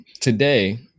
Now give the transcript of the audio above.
today